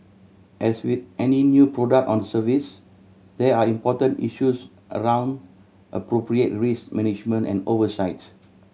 as with any new product on service there are important issues around appropriate risk management and oversight